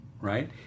right